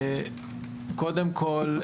קודם כול,